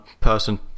person